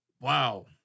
Wow